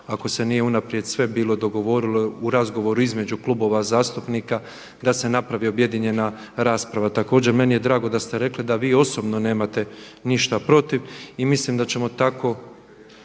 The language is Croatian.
ako se nije unaprijed sve bilo dogovorilo u razgovoru između klubova zastupnika da se napravi objedinjena rasprava. Također meni je drago da ste rekli da vi osobno nemate ništa protiv i mislim da ćemo tako